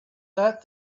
that